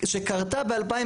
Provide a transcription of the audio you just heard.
שקרתה ב-2016,